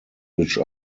which